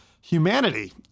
Humanity